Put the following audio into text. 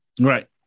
Right